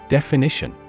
Definition